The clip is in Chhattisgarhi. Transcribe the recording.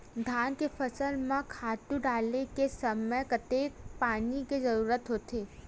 धान के फसल म खातु डाले के समय कतेकन पानी के जरूरत होथे?